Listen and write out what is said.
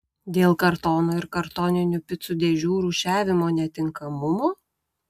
dėl kartono ir kartoninių picų dėžių rūšiavimo netinkamumo